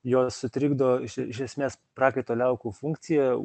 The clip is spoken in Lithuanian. jos sutrikdo iš iš esmės prakaito liaukų funkciją